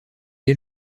est